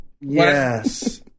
yes